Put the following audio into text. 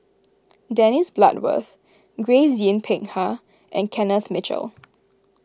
Dennis Bloodworth Grace Yin Peck Ha and Kenneth Mitchell